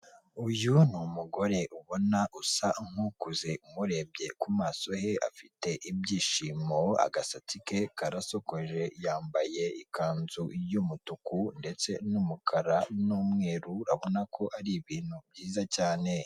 Uyu ni umugore ubona usa nk'ukuze, umurebye ku maso he afite ibyishimo, agasatsi ke karasokoje, yambaye ikanzu y'umutuku ndetse n'umukara n'umweru urabona ko ari ibintu byiza cyane.